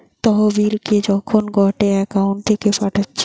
তহবিলকে যখন গটে একউন্ট থাকে পাঠাচ্ছে